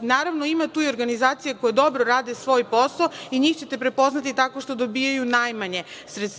Naravno ima tu i organizacija koje dobro rade svoj posao i njih ćete prepoznati tako što dobijaju najmanje sredstava